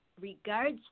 regards